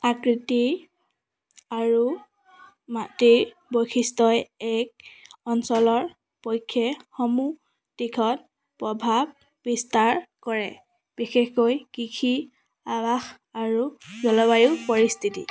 আকৃতি আৰু মাটিৰ বৈশিষ্ট্যই এক অঞ্চলৰ পক্ষেসমূহ দিশত প্ৰভাৱ বিস্তাৰ কৰে বিশেষকৈ কৃষি আৱাস আৰু জলবায়ু পৰিস্থিতি